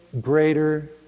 greater